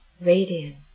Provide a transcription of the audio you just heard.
radiant